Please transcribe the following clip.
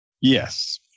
Yes